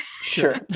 Sure